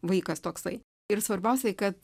vaikas toksai ir svarbiausiai kad